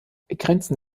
grenzen